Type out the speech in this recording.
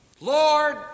Lord